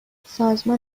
سازمان